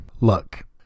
luck